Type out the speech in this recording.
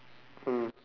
mm